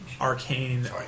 arcane